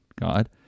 God